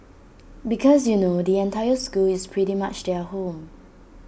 because you know the entire school is pretty much their home